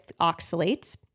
oxalates